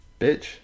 Bitch